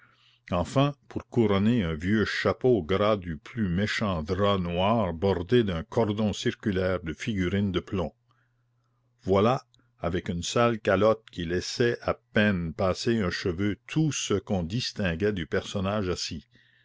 enfin pour couronner un vieux chapeau gras du plus méchant drap noir bordé d'un cordon circulaire de figurines de plomb voilà avec une sale calotte qui laissait à peine passer un cheveu tout ce qu'on distinguait du personnage assis